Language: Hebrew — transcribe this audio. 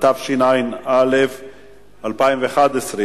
התשע"א 2010, מ/541.